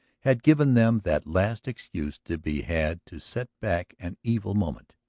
had given them that last excuse to be had to set back an evil moment.